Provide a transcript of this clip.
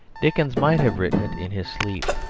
dickens might have written it in his sleep.